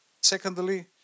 Secondly